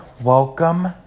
Welcome